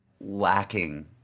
lacking